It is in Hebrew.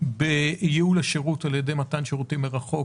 בייעול השירות על ידי מתן שירותים מרחוק?